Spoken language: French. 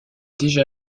déjà